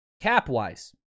cap-wise